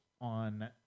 on